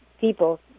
people